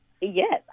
Yes